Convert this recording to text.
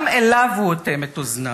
גם אליו הוא אוטם את אוזניו.